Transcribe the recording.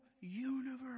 universe